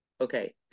Okay